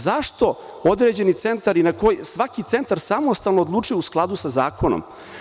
Zašto određeni centar i na koji, svaki centar samostalno odlučuje u skladu sa zakonom.